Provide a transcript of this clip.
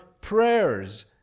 prayers